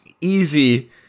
easy